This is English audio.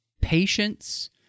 patience